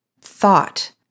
thought